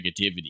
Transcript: negativity